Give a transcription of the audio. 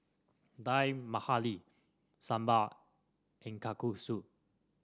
Dal Makhani Sambar and Kalguksu